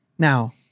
Now